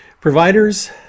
Providers